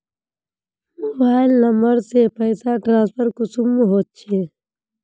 Mobile number से पैसा transfer कुंसम होचे?